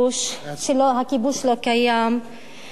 שהכיבוש לא קיים,